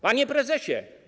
Panie Prezesie!